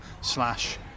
slash